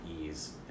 ease